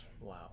Wow